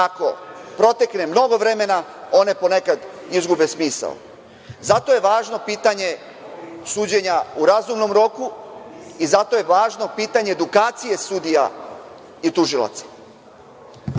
ako protekne mnogo vremena, one ponekad izgube smisao. Zato je važno pitanje suđenja u razumnom roku i zato je važno pitanje edukacije sudija i tužilaca. Na